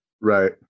Right